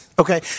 Okay